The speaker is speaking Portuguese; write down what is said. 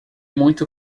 muito